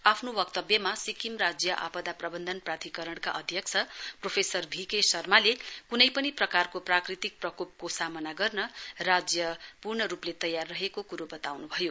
आफ्नो वक्तव्यमा सिक्किम राज्य आपदा प्रबन्धन प्राधिकरणका अध्यक्ष प्रोफेसर भी के शर्माले कुनै पनि प्रकारको प्राकृतिक प्रकोपको सामना गर्न राज्य पूर्ण रूपले तयार रहेको कुरो बताउनु भयो